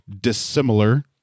dissimilar